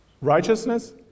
righteousness